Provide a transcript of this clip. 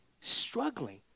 struggling